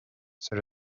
c’est